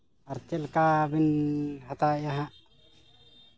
ᱟᱨ ᱪᱮᱫ ᱞᱮᱠᱟ ᱵᱤᱱ ᱦᱟᱛᱟᱣᱮᱜᱼᱟ ᱦᱟᱸᱜ